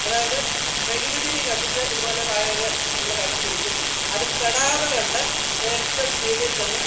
അതായത് മെഴുകുതിരി കത്തിച്ച് ഇതുപോലെ വായിൽ നമ്മൾ കടിച്ചു പിടിക്കും അത് കെടാതെകൊണ്ട് ഏറ്റവും സ്പീഡിൽ ചെന്ന്